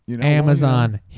Amazon